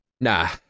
nah